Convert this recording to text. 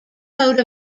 coat